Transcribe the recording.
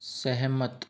सहमत